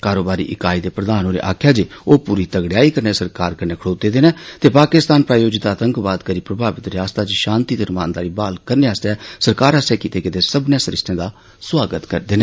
कारोबारी इकाई दे प्रधान होरें आक्खेआ जे ओ पूरी तगड़ेयाई कन्नै सरकार कन्नै खडौते दे न ते पकिस्तान प्रायोजित आतंकवाद करी प्रभावित रियासत च शांति ते रमानदारी बहाल करने आस्तै सरकार आस्सेआ कीते गेदे सब्बनें सरीस्तें दा सौआगत करदे न